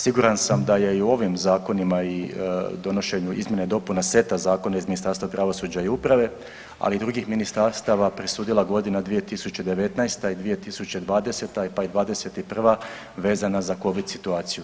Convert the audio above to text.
Siguran sam da je i u ovim zakonima i donošenju izmjena i dopuna seta zakona iz Ministarstva pravosuđa i uprave, ali i drugih ministarstava presudila godina 2019. i 2020. pa i 2021. vezana za covid situaciju.